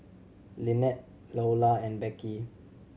Lynnette Loula and Beckie